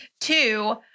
Two